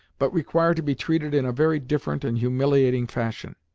but require to be treated in a very different and humiliating fashion.